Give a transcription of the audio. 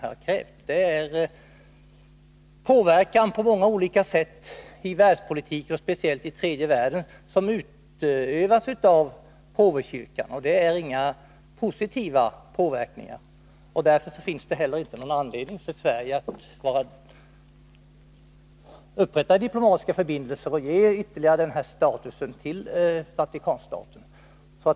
Påverkan utövas av påvekyrkan på många olika sätt i världspolitiken, speciellt i tredje världen, och det är ingen positiv påverkan. Därför finns heller ingen anledning för Sverige att upprätta diplomatiska förbindelser och ge Vatikanstaten denna status.